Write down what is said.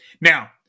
Now